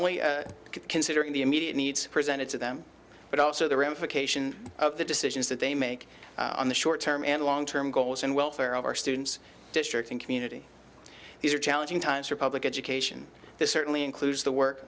only considering the immediate needs presented to them but also the ramifications of the decisions that they make on the short term and long term goals and welfare of our students district and community these are challenging times for public education this certainly includes the work